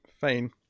fine